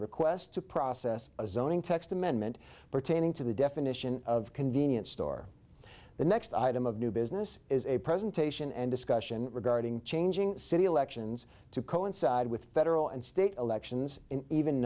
request to process a zoning text amendment pertaining to the definition of convenience store the next item of new business is a presentation and discussion regarding changing city elections to coincide with federal and state elections in even